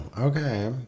okay